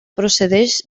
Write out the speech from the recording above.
procedix